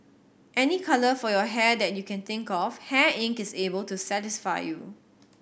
any colour for your hair that you can think of Hair Inc is able to satisfy you